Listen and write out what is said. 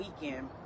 weekend